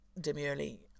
demurely